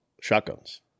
shotguns